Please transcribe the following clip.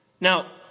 Now